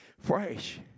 fresh